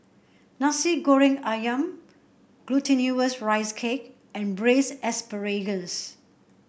Nasi Goreng ayam Glutinous Rice Cake and Braised Asparagus